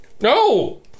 No